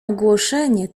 ogłoszenie